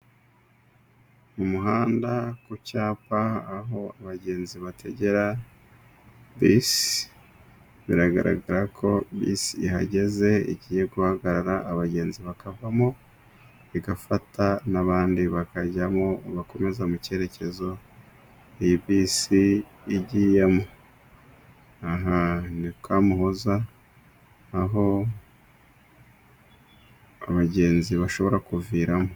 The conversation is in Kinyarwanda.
Mu muhanda ku cyapa aho abagenzi bategera bisi biragaragara ko bisi ihageze igiye guhagarara abagenzi bakavamo igafata n'abandi bakajyamo bakomeza mu cyerekezo iyi bisi igiyemo. Aha ni Kamuhoza aho abagenzi bashobora kuviramo.